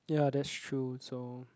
ya that's true so